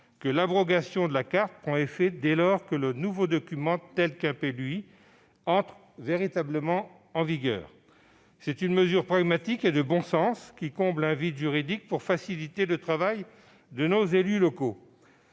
l'abrogation de la carte prendra effet dès lors que le nouveau document, tel qu'un PLUi, entre véritablement en vigueur. C'est une mesure pragmatique et de bon sens qui comble un vide juridique pour faciliter le travail de nos élus locaux.